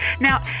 now